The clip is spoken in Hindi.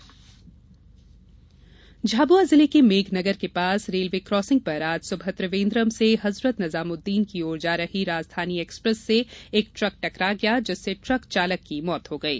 दुर्घटना मौत झाबुआ जिले के मेघनगर के पास रेलवे क्रॉसिंग पर आज सुबह त्रिवेंद्रम से हजरत निजामुद्दीन की ओर जा रही राजधानी एक्सप्रेस से एक ट्रक टकरा गया जिससे ट्रक चालक की र्मौत हो गयी